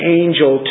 angel